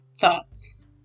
thoughts